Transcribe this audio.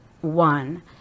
one